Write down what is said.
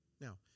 Now